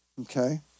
Okay